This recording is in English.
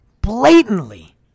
blatantly